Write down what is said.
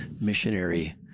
missionary